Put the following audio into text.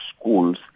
schools